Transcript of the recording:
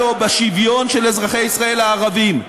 או בשוויון של אזרחי ישראל הערבים.